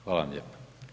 Hvala vam lijepa.